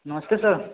नमस्ते सर